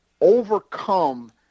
overcome